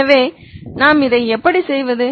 எனவே நான் இதை எப்படி செய்வது